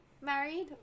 married